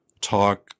talk